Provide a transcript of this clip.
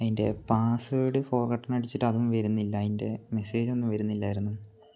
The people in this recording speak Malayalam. അതിൻ്റെ പാസ്സ്വേർഡ് ഫോഗോട്ടൻ അടിച്ചിട്ട് അതും വരുന്നില്ല അതിൻ്റെ മെസ്സേജൊന്നും വരുന്നില്ലായിരുന്നു